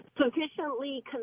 sufficiently